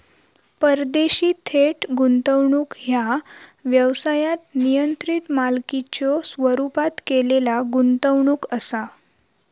परदेशी थेट गुंतवणूक ह्या व्यवसायात नियंत्रित मालकीच्यो स्वरूपात केलेला गुंतवणूक असा